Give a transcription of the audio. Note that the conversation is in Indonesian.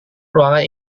ruangan